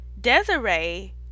Desiree